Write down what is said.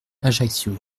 ajaccio